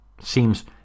seems